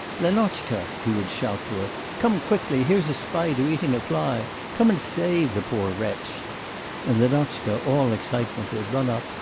lenotchka, he would shout to her, come quickly, here's a spider eating a fly come and save the poor wretch and lenotchka, all excitement, would run up,